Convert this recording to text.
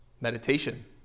meditation